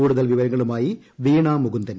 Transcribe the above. കൂടുതൽ വിവരങ്ങളുമായി വീണാമുകുന്ദൻ